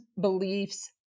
beliefs